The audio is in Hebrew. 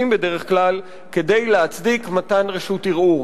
בדרך כלל כדי להצדיק מתן רשות ערעור,